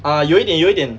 ah 有一点有一点